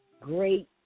great